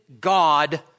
God